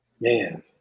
Man